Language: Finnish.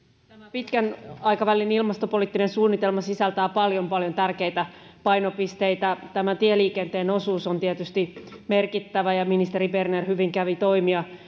pitkän aikavälin ilmastopoliittinen suunnitelma sisältää paljon paljon tärkeitä painopisteitä tieliikenteen osuus on tietysti merkittävä ja ministeri berner hyvin kävi toimia